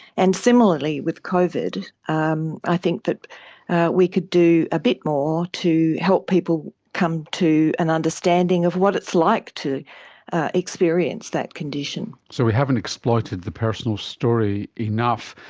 and similarly with covid um i think that we could do a bit more to help people come to an understanding of what it's like to experience that condition. so we haven't exploited the personal story enough.